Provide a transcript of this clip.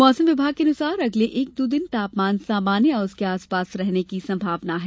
मौसम विभाग के अनुसार अगले एक दो दिन तापमान सामान्य या उसके आसपास रहने की संभावना है